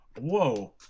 whoa